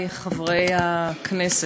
חברי, חברי הכנסת,